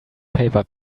paper